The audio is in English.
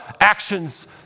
actions